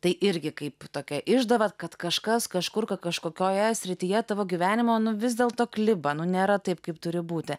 tai irgi kaip tokia išdava kad kažkas kažkur kažkokioje srityje tavo gyvenimo vis dėlto libanu nėra taip kaip turi būti